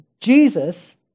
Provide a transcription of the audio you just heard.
Jesus